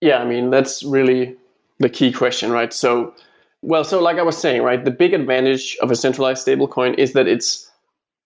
yeah. i mean, that's really the key question, right? so so like i was saying, right? the big advantage of a centralized stablecoin is that it's